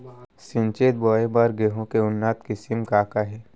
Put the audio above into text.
सिंचित बोआई बर गेहूँ के उन्नत किसिम का का हे??